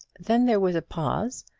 then there was a pause,